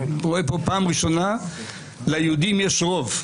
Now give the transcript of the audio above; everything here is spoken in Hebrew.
שרואה פה בפעם הראשונה שליהודים יש רוב.